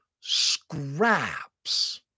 scraps